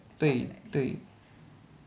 对对